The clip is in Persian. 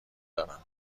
دارم